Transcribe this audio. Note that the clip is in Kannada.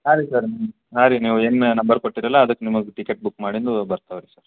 ಹಾಂ ರೀ ಸರ್ ಹಾಂ ರೀ ನೀವು ಏನು ನಂಬರ್ ಕೊಟ್ಟಿದ್ರಲ್ಲ ಅದಕ್ಕೆ ನಿಮಗೆ ಟಿಕೆಟ್ ಬುಕ್ ಮಾಡಿದ್ದು ಬರ್ತವೆ ರೀ ಸರ್